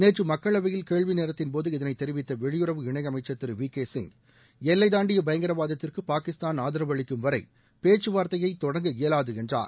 நேற்று மக்களவையில் கேள்வி நேரத்தின் போது இதனைத் தெரிவித்த வெளியுறவு இணை அமைச்சர் திரு வி கே சிங் எல்லை தூண்டிய பயங்கரவாதத்திற்கு பாகிஸ்தான் ஆதரவு அளிக்கும் வரை பேச்சுவார்த்தையை தொடங்க இயலாது என்றார்